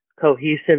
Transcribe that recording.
cohesive